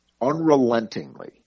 Unrelentingly